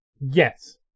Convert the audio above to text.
Yes